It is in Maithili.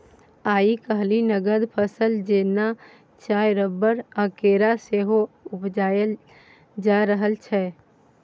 आइ काल्हि नगद फसल जेना चाय, रबर आ केरा सेहो उपजाएल जा रहल छै